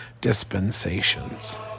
dispensations